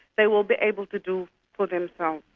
they will be able to do for themselves.